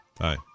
Hi